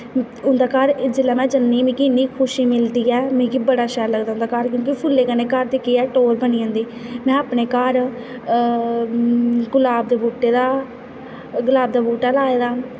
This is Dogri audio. उं'दै घर में जिसलै जन्नी मिगी इन्नी खुशी मिलदी ऐ मिगी बड़ा शैल लगदा उं'दा घर मतलब कि फुल्लैं कन्नै केह् ऐ घर दी टौह्र बनी जंदी में अपने घर गुलाब दे बूह्टे दा गुलाब दा बूह्टा लाए दा